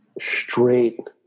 straight